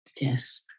Yes